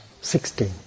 Sixteen